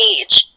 age